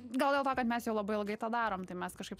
gal dėl to kad mes jau labai ilgai tą darom tai mes kažkaip